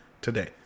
today